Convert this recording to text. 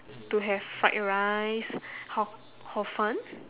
to have fried rice hor hor fun